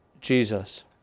Jesus